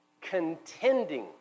contending